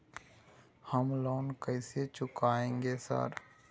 हम लोन कैसे चुकाएंगे सर?